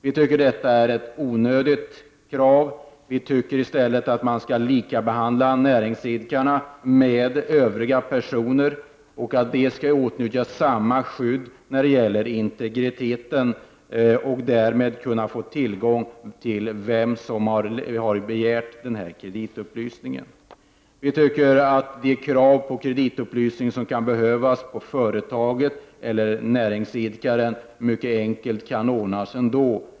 Vi tycker att det är ett onödigt krav. Vi tycker i stället att man skall likabehandla näringsidkare med övriga personer och att näringsidkare skall kunna åtnjuta samma skydd när det gäller integritet och därmed få tillgång till vem som har begärt kreditupplysning. De krav på kreditupplysning som kan ställas på företag eller näringsidkare kan mycket enkelt tillgodoses ändå.